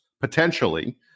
potentially